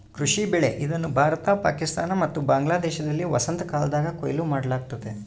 ಕೃಷಿ ಬೆಳೆ ಇದನ್ನು ಭಾರತ ಪಾಕಿಸ್ತಾನ ಮತ್ತು ಬಾಂಗ್ಲಾದೇಶದಲ್ಲಿ ವಸಂತಕಾಲದಾಗ ಕೊಯ್ಲು ಮಾಡಲಾಗ್ತತೆ